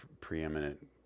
preeminent